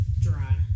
dry